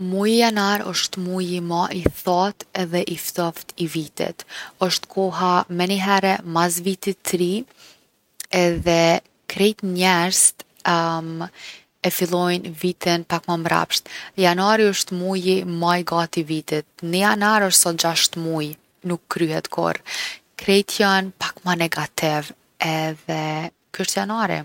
Muji janar osht muji ma i thatë edhe ma i ftoftë i vitit. Osht koha menihere mas Vitit t’Ri edhe krejt njerzt e fillojnë vitin pak ma mrapsht. Janari osht muji ma i gatë i vitit. 1 janar osht sa 6 muj, nuk kryhet kurrë. Krejt jon pak ma negativë edhe ky osht janari.